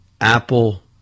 Apple